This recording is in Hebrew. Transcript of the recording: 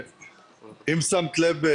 אם שמת לב,